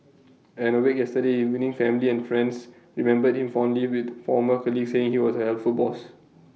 at the wake yesterday evening family and friends remembered him fondly with former colleagues saying he was A helpful boss